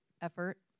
effort